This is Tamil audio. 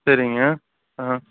சரிங்க ஆ